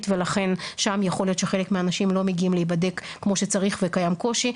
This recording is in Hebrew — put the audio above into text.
ולכן שם יכול להיות שחלק מהאנשים לא מגיעים להיבדק כמו שצריך וקיים קושי.